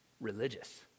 religious